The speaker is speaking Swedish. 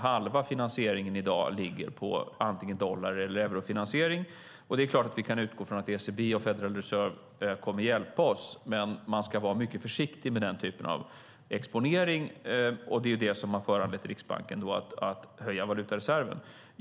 Halva finansieringen i dag ligger på antingen dollar eller eurofinansiering. Det är klart att vi kan utgå från att ECB och Federal Reserve kommer att hjälpa oss, men vi ska vara försiktiga med den typen av exponering. Det är det som har föranlett Riksbanken att höja valutareserven.